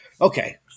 Okay